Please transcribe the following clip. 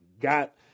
Got